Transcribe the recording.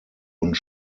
und